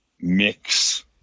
mix